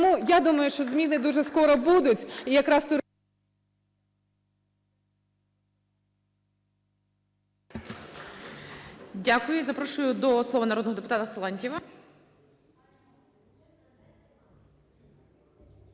я думаю, що зміни дуже скоро будуть.